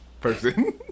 person